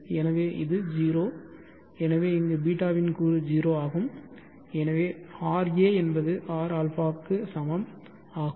எனவே இது 0 எனவே இங்கு β இன் கூறு 0 ஆகும் எனவே ra என்பது rα சமம் ஆகும்